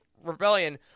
rebellion